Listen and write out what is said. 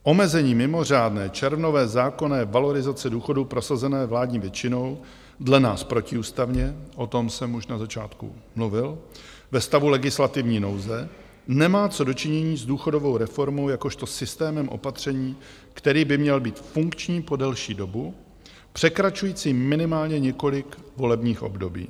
Omezení mimořádné červnové zákonné valorizace důchodu prosazené vládní většinou dle nás protiústavně, o tom jsem už na začátku mluvil, ve stavu legislativní nouze nemá co do činění s důchodovou reformou jakožto systémem opatření, který by měl být funkční po delší dobu překračující minimálně několik volebních období.